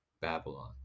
babylon